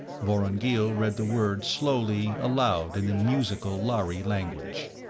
vorongil read the words slowly aloud in the musical lhari language